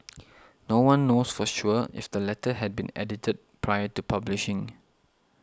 no one knows for sure if the letter had been edited prior to publishing